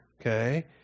okay